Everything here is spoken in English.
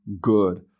good